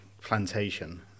plantation